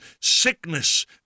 Sickness